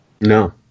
No